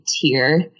tier